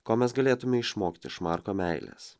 ko mes galėtume išmokti iš marko meilės